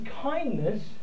kindness